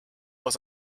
was